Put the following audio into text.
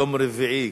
יום רביעי,